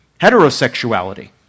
heterosexuality